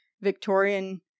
Victorian